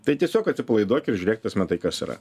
tai tiesiog atsipalaiduok ir žiūrėk tas matai kas yra